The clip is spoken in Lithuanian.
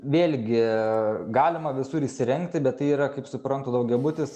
vėlgi galima visur įsirengti bet tai yra kaip suprantu daugiabutis